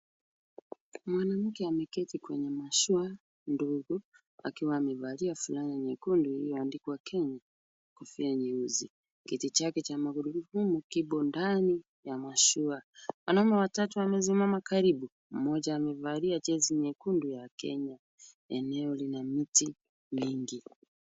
Mwanamke ameketi kwenye mashua ndogo akiwa amevalia fulana nyekundu iliyoandikwa kenya na kofia jeusi. Kiti chake cha magurudumu kipo ndani ya mashua. Wanaume watatu wamesimama karibu mmoja amevalia jezi nyekundu ya kenya. Eneo lina miti mingi .